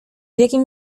jakim